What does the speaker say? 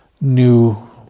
new